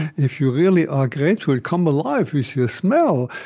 if you really are grateful, come alive with your smell.